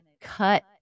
cut